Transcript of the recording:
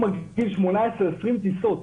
ביום רגיל זה 20-18 טיסות,